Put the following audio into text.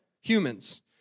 humans